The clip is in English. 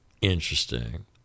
interesting